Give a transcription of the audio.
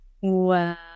wow